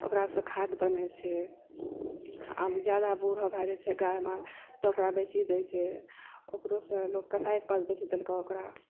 ओकरासँ खाद्य बनैत छै जादा बूढ़ा भए जाइत छै गाय तऽ ओकरा बेचि दए छै ओकरोसँ लोक कसाइके पास बेचि देलकै ओकरा